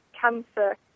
cancer